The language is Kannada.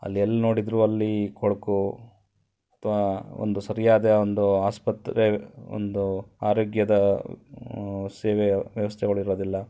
ಅಲ್ಲಿ ಎಲ್ಲಿ ನೋಡಿದ್ರೂ ಅಲ್ಲಿ ಕೊಳಕು ಅಥವಾ ಒಂದು ಸರಿಯಾದ ಒಂದು ಆಸ್ಪತ್ರೆ ಒಂದು ಆರೋಗ್ಯದ ಸೇವೆ ವ್ಯವಸ್ಥೆಗಳ್ ಇರೋದಿಲ್ಲ